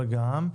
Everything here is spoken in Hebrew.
אבל גם.